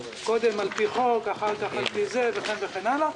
קודם על פי חוק ואחר כך על פי זה, וכן הלאה.